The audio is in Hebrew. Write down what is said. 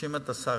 מאשים את השרה,